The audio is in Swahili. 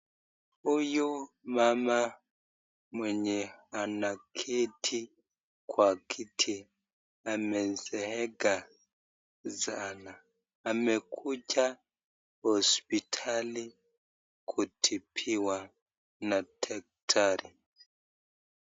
Huyu mama mwenye anaketi kwa kiti amezeeka sana, amekuja hospitali kutibiwa na daktari.